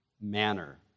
manner